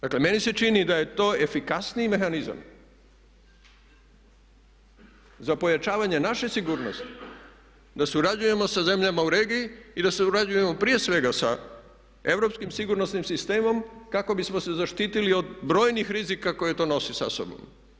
Dakle meni se čini da je to efikasniji mehanizam za pojačavanje naše sigurnosti da surađujemo sa zemljama u regiji i da surađujemo prije svega sa europskim sigurnosnim sistemom kako bismo se zaštitili od brojnih rizika koji to nose sa sobom.